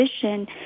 position